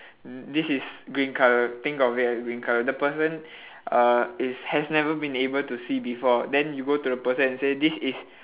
this is green colour think of it as green colour the person uh is has never been able to see before then you go to the person and say this is